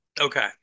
Okay